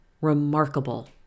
remarkable